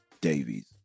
Davies